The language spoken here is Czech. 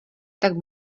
tak